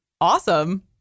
Awesome